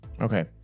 Okay